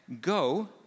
go